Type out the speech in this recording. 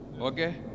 okay